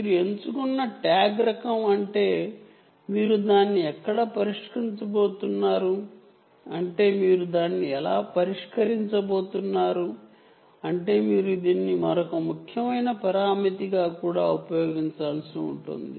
మీరు ఎంచుకున్న ట్యాగ్ రకం అంటే మీరు దాన్ని ఎక్కడ ని బట్టి హార్వెస్ట్ చేయగలరు అంటే మీరు దీన్ని కూడా మరొక ముఖ్యమైన పరామితిగా ఉపయోగించాల్సి ఉంటుంది